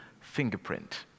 fingerprint